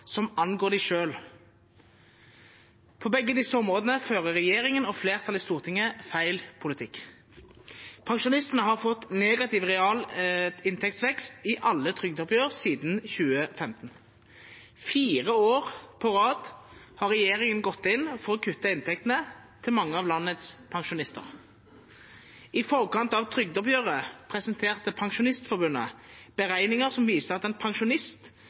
som angår dem selv. På begge disse områdene fører regjeringen og flertallet i Stortinget feil politikk. Pensjonistene har fått negativ realinntektsvekst i alle trygdeoppgjør siden 2015. Fire år på rad har regjeringen gått inn for å kutte inntektene til mange av landets pensjonister. I forkant av trygdeoppgjøret presenterte Pensjonistforbundet beregninger som viste at en pensjonist